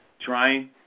trying